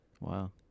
Wow